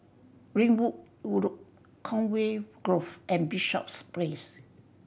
Ringwood Road Conway Grove and Bishops Place